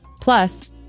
Plus